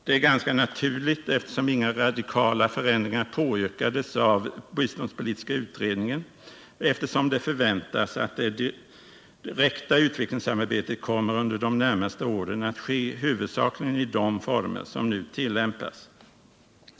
Det är ganska naturligt, eftersom inga radikala förändringar påyrkats av biståndspolitiska utredningen, då det förväntas att det direkta utvecklingssamarbetet under de närmaste åren kommer att ske huvudsakligen i de former som nu tillämpas.